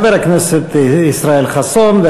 חבר הכנסת ישראל חסון,